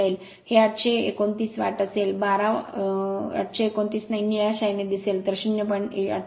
मिळेल हे 829 वॅट असेल 12 829 नाही निळ्या शाईने दिसेल तर 0